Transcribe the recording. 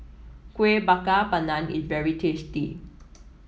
Kueh Bakar Pandan is very tasty